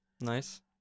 Nice